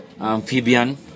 amphibian